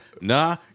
Nah